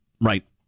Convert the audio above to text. Right